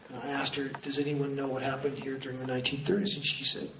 asked her, does anyone know what happened here during the nineteen thirty s? and she said,